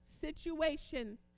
situation